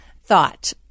thought